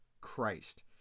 Christ